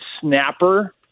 snapper